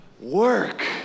work